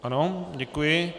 Ano, děkuji.